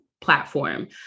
platform